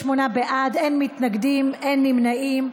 48 בעד, אין מתנגדים, אין נמנעים.